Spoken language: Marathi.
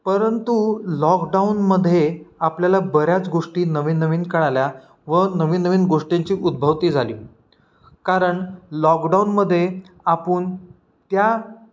परंतु लॉकडाऊनमध्ये आपल्याला बऱ्याच गोष्टी नवीन नवीन कळल्या व नवीन नवीन गोष्टींची उद्भवती झाली कारण लॉकडाऊनमध्ये आपण त्या